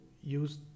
use